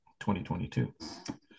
2022